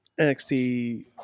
NXT